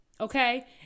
Okay